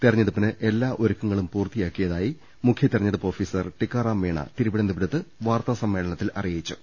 തെരഞ്ഞെടുപ്പിന് എല്ലാ ഒരു ക്കങ്ങളും പൂർത്തിയാക്കിയതായി മുഖ്യ തെരുഞ്ഞെടുപ്പ് ഓഫീ സർ ടിക്കാറാം മീണ തിരുവനന്തപുരത്ത് വാർത്താ സമ്മേള നത്തിൽ അറിയിച്ചു